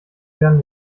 werden